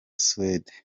suwede